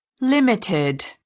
Limited